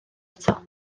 eto